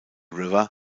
river